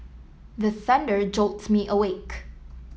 the thunder jolt me awake